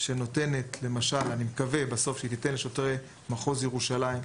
שנותנת -- אני מקווה שהיא תיתן לשוטרי מחוז ירושלים,